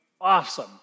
Awesome